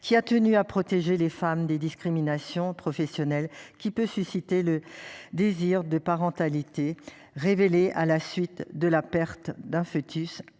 qui a tenu à protéger les femmes des discriminations professionnelles qui peut susciter le désir de parentalité révélé à la suite de la perte d'un foetus